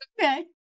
Okay